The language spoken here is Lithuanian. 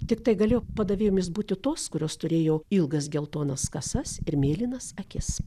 tiktai galėjo padavėjomis būti tos kurios turėjo ilgas geltonas kasas ir mėlynas akis